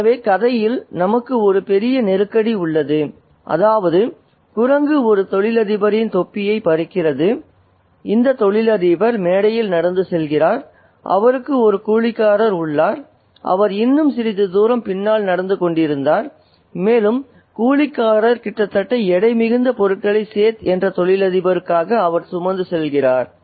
எனவே கதையில் நமக்கு ஒரு பெரிய நெருக்கடி உள்ளது அதாவது குரங்கு ஒரு தொழிலதிபரின் தொப்பியைப் பறிக்கிறது இந்த தொழிலதிபர் மேடையில் நடந்து செல்கிறார் அவருக்கு ஒரு கூலிக்காரர் உள்ளார் அவர் இன்னும் சிறிது தூரம் பின்னால் நடந்து கொண்டிருந்தார் மேலும் கூலிக்காரர் கிட்டத்தட்ட எடை மிகுந்த பொருட்களை சேத் என்ற தொழிலதிபருக்காக அவர் சுமந்துச் செல்கிறார்